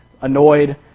annoyed